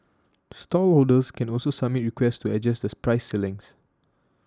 stallholders can also submit requests to adjust the price ceilings